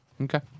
Okay